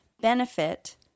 benefit